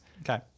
Okay